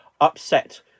upset